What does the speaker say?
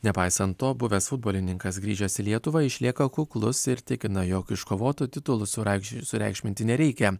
nepaisant to buvęs futbolininkas grįžęs į lietuvą išlieka kuklus ir tikina jog iškovotų titulų suraikš sureikšminti nereikia